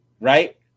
right